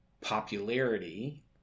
popularity